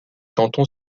canton